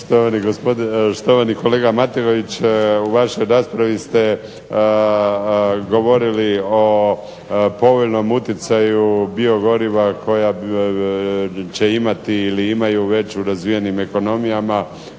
Štovani kolega Matković u vašoj raspravi ste govorili o povoljnom utjecaju biogoriva koja će imati ili imaju već u razvijenim ekonomijama